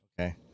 Okay